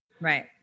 Right